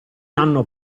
hanno